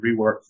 rework